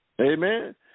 Amen